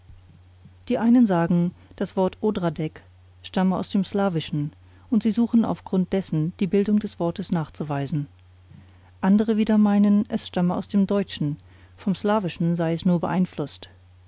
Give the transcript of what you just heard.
die einen sagen das wort odradek stamme aus dem slawischen und sie suchen auf grund dessen die bildung des wortes nachzuweisen andere wieder meinen es stamme aus dem deutschen vom slawischen sei es nur beeinflußt